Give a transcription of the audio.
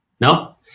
No